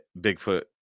Bigfoot